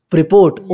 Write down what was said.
report